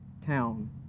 town